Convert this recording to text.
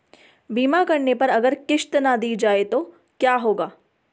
बीमा करने पर अगर किश्त ना दी जाये तो क्या होगा?